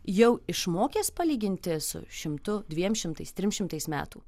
jau išmokęs palyginti su šimtu dviem šimtais trims šimtais metų